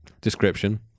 description